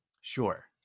Sure